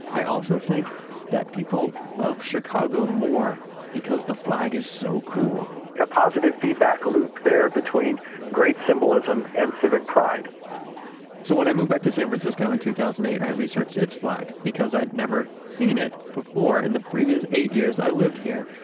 i also think that people love chicago more because the flag is so cool a positive feedback loop there between great symbolism and civic pride so when i moved back to san fransisco in two thousand and eight, i researched its flag because i had never seen it before in the previous eight years i lived here.